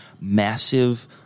massive